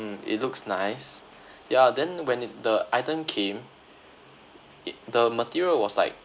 it looks nice ya then when it the item came it the material was like